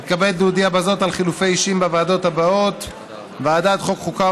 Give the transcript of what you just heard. אני מתכבד להודיע בזאת על חילופי אישים בוועדות הבאות: בוועדת החוקה,